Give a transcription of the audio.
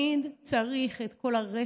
למה תמיד צריך את כל הרפש?